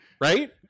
right